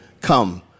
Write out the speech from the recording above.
come